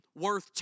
worth